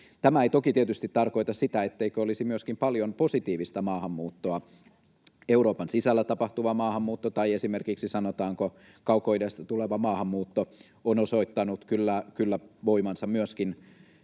Tämä ei tietysti toki tarkoita sitä, etteikö olisi myöskin paljon positiivista maahanmuuttoa: Euroopan sisällä tapahtuva maahanmuutto tai esimerkiksi, sanotaanko, Kaukoidästä tuleva maahanmuutto on osoittanut kyllä voimansa myöskin